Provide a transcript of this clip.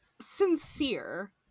sincere